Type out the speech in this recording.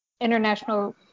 International